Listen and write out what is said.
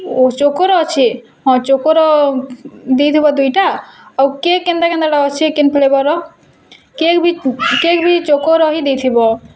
ଓ ଚୋକୋର ଅଛେ ହଁ ଚୋକୋର ଦେଇଦେବ ଦୁଇଟା ଆଉ କେ କେନ୍ତା କେନ୍ତାଟା ଅଛେ କେନ୍ ଫ୍ଲେଭର୍ କେକ୍ ବି କେକ୍ ବି ଚୋକୋର ହିଁ ଦେଇଥିବ